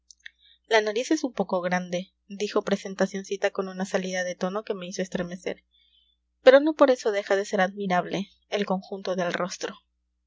la nariz es un poco grande dijo presentacioncita con una salida de tono que me hizo estremecer pero no por eso deja de ser admirable el conjunto del rostro